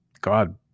God